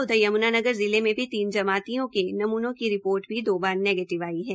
उधर यम्नानगर जिले में भी तीन जमातियों के नमूनों की रिपोर्ट भी दो बार नेगीटिव आई है